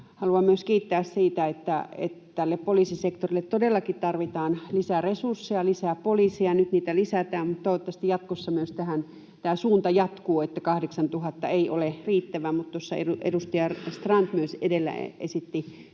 haluan kiittää — tälle poliisisektorille todellakin tarvitaan lisää resursseja, lisää poliiseja. Nyt niitä lisätään, mutta toivottavasti jatkossa tämä suunta myös jatkuu, 8 000 ei ole riittävä. Tuossa edustaja Strand edellä myös esitti